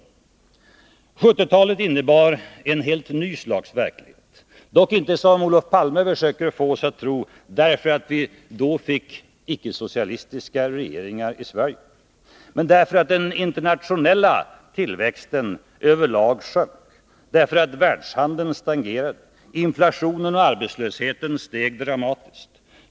1970-talet innebar ett helt nytt slags verklighet — dock inte, som Olof Palme försöker få oss att tro, därför att vi då fick icke-socialistiska regeringar i Sverige, utan därför att den internationella tillväxten över lag sjönk, världshandeln stagnerade och inflationen och arbetslösheten steg dramatiskt.